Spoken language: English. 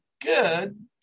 Good